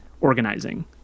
organizing